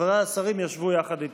חבריי השרים ישבו יחד איתי.